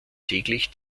täglich